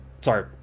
Sorry